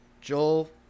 Joel